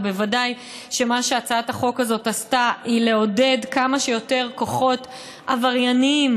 ובוודאי שמה שהצעת החוק הזאת עשתה היא לעודד כמה שיותר כוחות עברייניים,